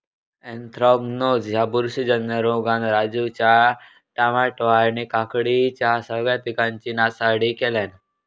anthracnose ह्या बुरशीजन्य रोगान राजूच्या टामॅटो आणि काकडीच्या सगळ्या पिकांची नासाडी केल्यानं